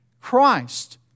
Christ